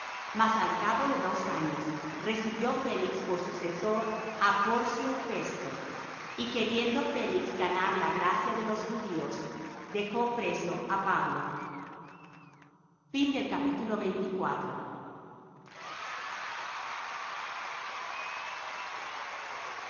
mas al cabo de dos años recibió félix por sucesor á porcio festo y queriendo félix ganar la gracia de los judíos dejó preso á pablo festo